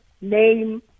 name